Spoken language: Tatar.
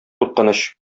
куркыныч